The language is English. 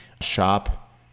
Shop